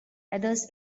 others